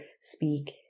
speak